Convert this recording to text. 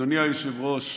אדוני היושב-ראש,